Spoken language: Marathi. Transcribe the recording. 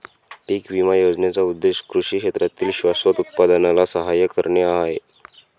पीक विमा योजनेचा उद्देश कृषी क्षेत्रातील शाश्वत उत्पादनाला सहाय्य करणे हा आहे